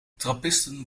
trappisten